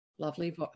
Lovely